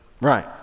Right